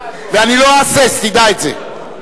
ואני לא אהסס, תדע את זה.